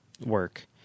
work